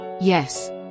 Yes